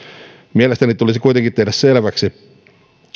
mielestäni tulisi kuitenkin tehdä selväksi